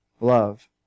love